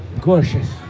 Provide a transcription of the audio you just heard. gorgeous